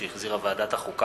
שהחזירה ועדת החוקה,